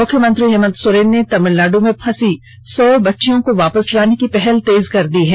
मुख्यमंत्री हेमंत सोरेन ने तमिलनाडु में फंसी सौ बच्चियों को वापस लाने की पहल तेज कर दी है